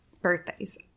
birthdays